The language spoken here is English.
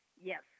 Yes